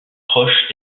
proche